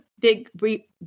big